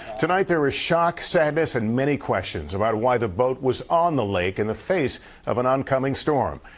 tonight, there is shock, sadness and many questions about why the boat was on the lake in the face of an oncoming storm.